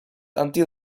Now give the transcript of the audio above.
until